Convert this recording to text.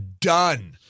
done